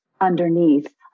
underneath